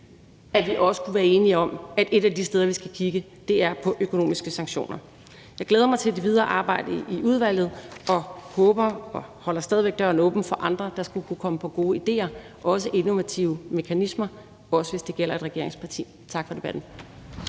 at vi også kunne være enige om, at et af de steder, vi skal kigge, er på økonomiske sanktioner. Jeg glæder mig til det videre arbejde i udvalget og håber og holder stadig væk døren åben for andre, der skulle komme på gode idéer, også innovative mekanismer, også hvis det gælder et regeringsparti. Tak for debatten.